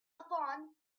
upon